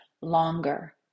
longer